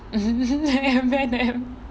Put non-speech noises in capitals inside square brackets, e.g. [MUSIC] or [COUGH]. [LAUGHS] eminem